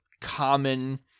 common